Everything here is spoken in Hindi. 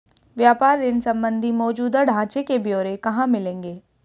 व्यापार ऋण संबंधी मौजूदा ढांचे के ब्यौरे कहाँ मिलेंगे?